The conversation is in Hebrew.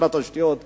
שר התשתיות,